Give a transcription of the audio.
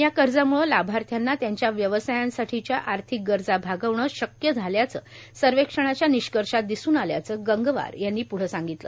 या कर्जामुळं लाभार्थ्यांना त्यांच्या व्यवसायांसाठीच्या आर्थिक गरजा भागवणं शक्य झाल्याचं सर्वेक्षणाच्या निष्कर्षात दिसून आल्याचं गंगवार यांनी पुढं सांगितलं